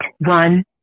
one